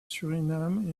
suriname